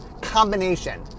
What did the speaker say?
combination